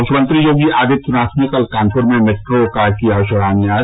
मुख्यमंत्री योगी आदित्यनाथ ने कल कानपुर में मेट्रो का किया शिलान्यास